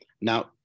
Now